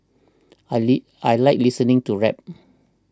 I leak I like listening to rap